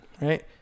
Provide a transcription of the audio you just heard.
Right